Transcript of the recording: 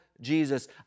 Jesus